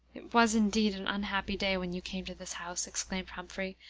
it was, indeed, an unhappy day when you came to this house, exclaimed humphrey,